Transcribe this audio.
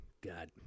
God